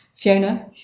Fiona